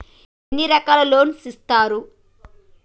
ఎన్ని రకాల లోన్స్ ఇస్తరు?